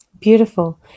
Beautiful